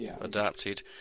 adapted